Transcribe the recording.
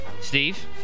Steve